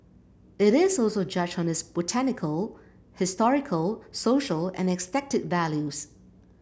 it is also judged on its botanical historical social and aesthetic values